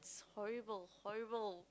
horrible horrible